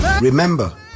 Remember